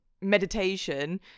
meditation